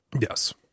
Yes